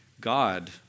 God